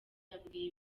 yabwiye